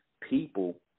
people